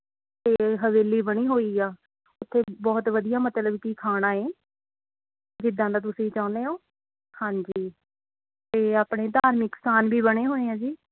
ਅਤੇ ਹਵੇਲੀ ਬਣੀ ਹੋਈ ਹੈ ਉੱਥੇ ਬਹੁਤ ਵਧੀਆ ਮਤਲਬ ਕੀ ਖਾਣਾ ਹੈ ਜਿੱਦਾਂ ਦਾ ਤੁਸੀਂ ਚਾਹੁੰਦੇ ਓ ਹਾਂਜੀ ਅਤੇ ਆਪਣੇ ਧਾਰਮਿਕ ਸਥਾਨ ਵੀ ਬਣੇ ਹੋਏ ਹੈ ਜੀ